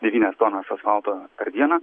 devynias tonas asfalto per dieną